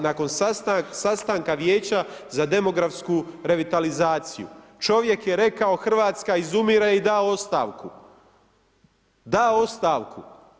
Nakon sastanka Vijeća za demografsku revitalizaciju, čovjek je rekao Hrvatska izumire i dao ostavku, dao ostavku.